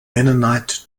mennonite